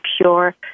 pure